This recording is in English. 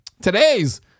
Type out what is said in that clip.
Today's